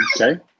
Okay